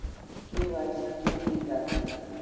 KYC क्यों की जाती है?